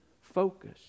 focus